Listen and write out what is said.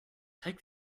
take